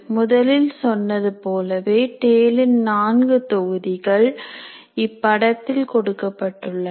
முதலில் சொன்னது போலவே டேலின் நான்கு தொகுதிகள் இப்படத்தில் கொடுக்கப்பட்டுள்ளன